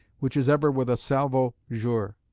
which is ever with a salvo jure.